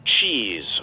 cheese